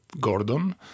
Gordon